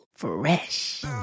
Fresh